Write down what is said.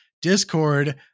discord